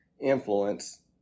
influence